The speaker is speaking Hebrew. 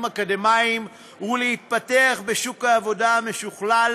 אקדמיים ולהתפתח בשוק העבודה המשוכלל,